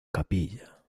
capilla